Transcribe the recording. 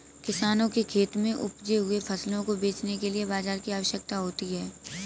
किसानों के खेत में उपजे हुए फसलों को बेचने के लिए बाजार की आवश्यकता होती है